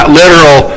literal